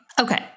Okay